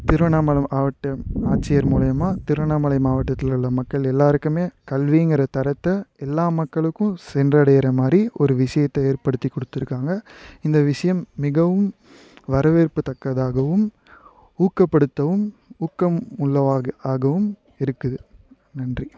திருவண்ணாமலை மாவட்ட ஆட்சியர் மூலிமா திருவண்ணாமலை மாவட்டத்தில் உள்ள மக்கள் எல்லோருக்குமே கல்விங்கிற தரத்தை எல்லா மக்களுக்கும் சென்றடைகிற மாதிரி ஒரு விஷயத்த ஏற்படுத்தி குடுத்துருக்காங்க இந்த விஷியம் மிகவும் வரவேற்க தக்கதாகவும் ஊக்கப்படுத்தவும் ஊக்கம் உள்ளதாக ஆகவும் இருக்குது நன்றி